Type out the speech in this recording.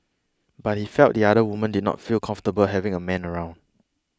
but he felt the other woman did not feel comfortable having a man around